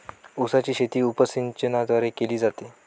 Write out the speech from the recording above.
उसाची शेती उपसिंचनाद्वारे केली जाते